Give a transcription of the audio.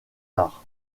arts